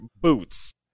boots